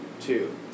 two